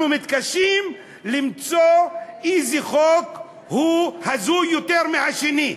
אנחנו מתקשים למצוא איזה חוק הוא הזוי יותר מהשני.